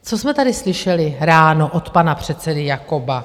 Co jsme tady slyšeli ráno od pana předsedy Jakoba?